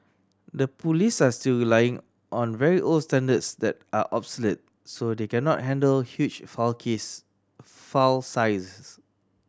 the police are still relying on very old standards that are obsolete so they cannot handle huge file case file sizes